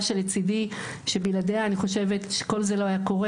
שלצידי שבלעדיה אני חושבת שכל זה לא היה קורה,